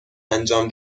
انجام